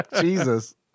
Jesus